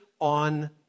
on